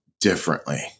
differently